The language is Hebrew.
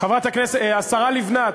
השרה לבנת,